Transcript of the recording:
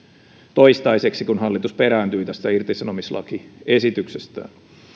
toistaiseksi kun hallitus perääntyi irtisanomislakiesityksestään